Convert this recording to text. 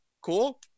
cool